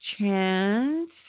chance